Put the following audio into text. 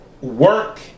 Work